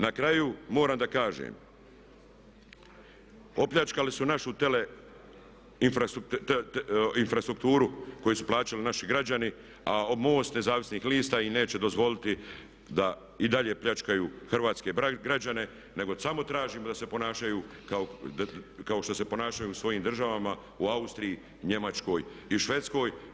Na kraju moram da kažem opljačkali su našu tele infrastrukturu koju su plaćali naši građani a MOST nezavisnih lista im neće dozvoliti da i dalje pljačkaju hrvatske građane nego samo tražimo da se ponašaju kao što se ponašaju u svojim državama, u Austriji, Njemačkoj i Švedskoj.